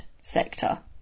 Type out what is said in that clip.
sector